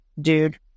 Dude